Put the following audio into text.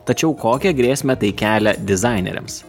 tačiau kokią grėsmę tai kelia dizaineriams